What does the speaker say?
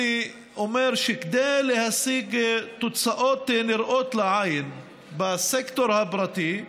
אני אומר שכדי להשיג תוצאות נראות לעין בסקטור הפרטי,